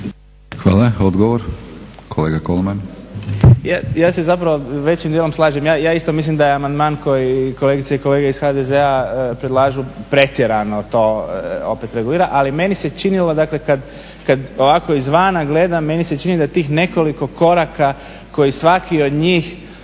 **Kolman, Igor (HNS)** Ja se zapravo većim dijelom slažem. Ja isto mislim da je amandman koji kolegice i kolege iz HDZ-a predlažu pretjerano to opet regulira. Ali meni se činilo, dakle kad ovako izvana gledam meni se čini da tih nekoliko koraka koji svaki od njih